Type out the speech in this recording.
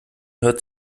hört